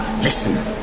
Listen